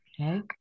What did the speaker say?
Okay